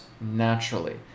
naturally